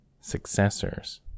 successors